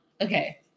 Okay